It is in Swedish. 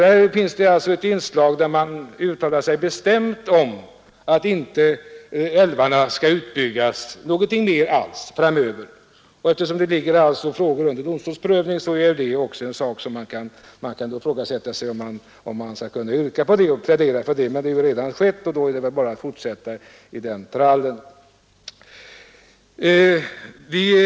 Här finns alltså ett inslag där man bestämt uttalar sig om att älvarna inte skall utbyggas något mer alls framöver. Eftersom det här gäller en fråga som ligger under domstols prövning, kan det ifrågasättas, om man verkligen bör komma med och plädera för ett sådant yrkande. Men det har ju redan skett, och då är det bara att fortsätta i den trallen.